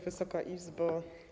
Wysoka Izbo!